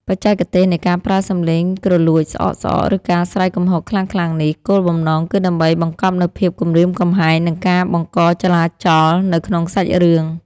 បច្ចេកទេសនៃការប្រើសំឡេងគ្រលួចស្អកៗ ឬការស្រែកគំហកខ្លាំងៗនេះ គោលបំណងគឺដើម្បីបង្កប់នូវភាពគំរាមកំហែង និងការបង្កចលាចលនៅក្នុងសាច់រឿង